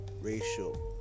racial